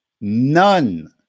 None